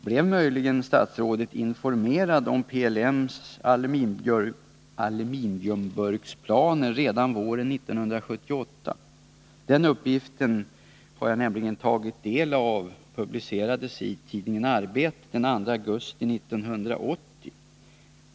Blev möjligen statsrådet informerad om PLM:s aluminiumburksplaner redan våren 1978? Den uppgiften fanns nämligen publicerad i tidningen Arbetet den 2 augusti 1980.